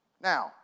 Now